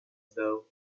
though